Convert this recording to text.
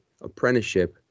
apprenticeship